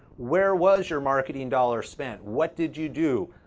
where was your marketing dollar spent? what did you do?